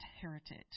heritage